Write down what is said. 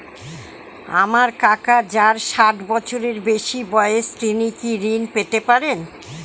আমার কাকা যার ষাঠ বছরের বেশি বয়স তিনি কি ঋন পেতে পারেন?